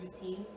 routines